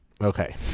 Okay